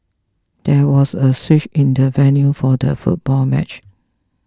there was a switch in the venue for the football match